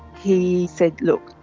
he said, look,